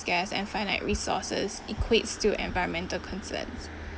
scarce and finite resources equates to environmental concerns